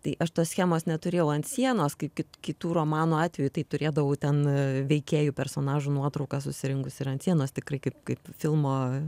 tai aš tos schemos neturėjau ant sienos kaip kitų romanų atveju tai turėdavau ten veikėjų personažų nuotraukas susirinkusi ir ant sienos tikrai kaip kaip filmo